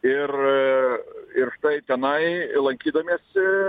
ir ir štai tenai lankydamiesi